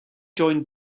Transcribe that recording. joined